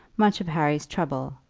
much of harry's trouble,